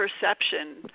perception